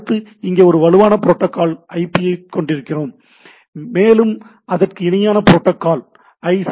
அடுத்த இங்கே ஒரு வலுவான புரோட்டோக்கால் ஐபி ஐ பெற்றிருக்கிறோம் மேலும் அதற்கு இணையான புரோட்டோக்கால் ஐ